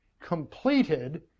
completed